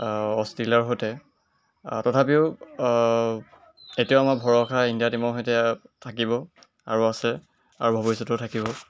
অষ্ট্ৰেলিয়াৰ সৈতে তথাপিও এতিয়াও আমাৰ ভৰসা ইণ্ডিয়া টিমৰ সৈতে থাকিব আৰু আছে আৰু ভৱিষ্যতেও থাকিব